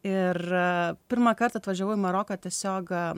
ir pirmąkart atvažiavau į maroką tiesiog